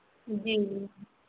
जी जी